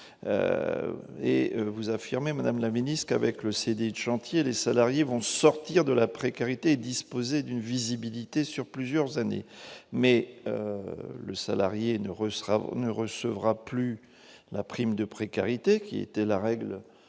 vous affirmez, Madame la Ministre, qu'avec le CD chantiers, les salariés vont sortir de la précarité, disposer d'une visibilité sur plusieurs années mais le salarié ne reçoivent ne recevra plus la prime de précarité qui était la règle